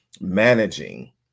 managing